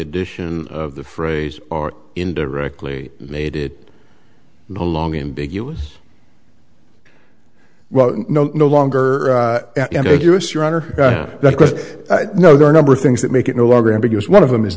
addition of the phrase or indirectly made it belong in big u s well know no longer know there are a number of things that make it no longer ambiguous one of them is